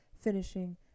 finishing